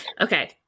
okay